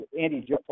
Andy